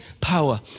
power